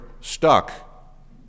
stuck